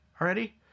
already